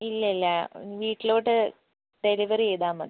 ഇല്ലില്ല വീട്ടിലോട്ട് ഡെലിവർ ചെയ്താൽ മതി